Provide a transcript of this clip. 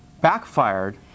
Backfired